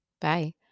Bye